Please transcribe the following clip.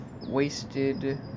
wasted